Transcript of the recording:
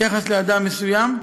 ביחס לאדם מסוים,